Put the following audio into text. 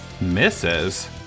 Misses